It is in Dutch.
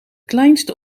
kleinste